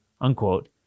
unquote